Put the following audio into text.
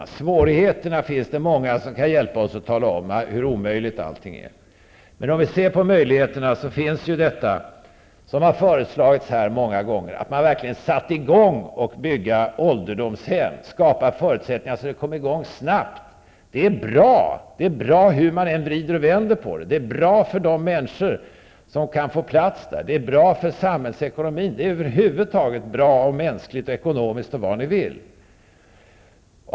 När det gäller svårigheterna finns det många som kan hjälpa oss att tala om hur omöjligt allting är. Men om vi alltså ser till möjligheterna, så har ju här många gånger föreslagits att man verkligen skall sätta i gång och bygga ålderdomshem -- och skapa förutsättningar så att det byggandet kan komma i gång snabbt. Det är bra, hur man än vrider och vänder på det. Det är bra för de människor som kan få plats där, det är bra för samhällsekonomin, och det är över huvud taget bra, mänskligt, ekonomiskt och vad ni vill.